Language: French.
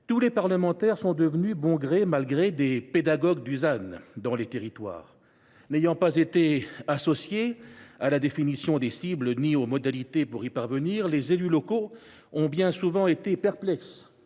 tous les parlementaires sont devenus, bon gré mal gré, des pédagogues du ZAN dans les territoires. N’ayant pas été associés à la définition des cibles ni aux modalités pour y parvenir, les élus locaux ont bien souvent été perplexes,